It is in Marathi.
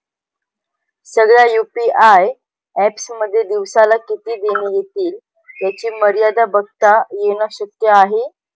सगळ्या यू.पी.आय एप्स मध्ये दिवसाला किती देणी एतील याची मर्यादा बघता येन शक्य आहे